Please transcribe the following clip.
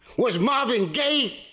was marvin gay?